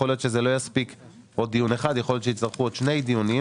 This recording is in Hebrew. יכול להיות שלא יספיק עוד דיון אחד ויכול להיות שיצטרכו עוד שני דיונים.